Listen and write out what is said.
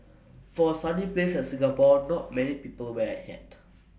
for A sunny place like Singapore not many people wear A hat